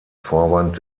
vorwand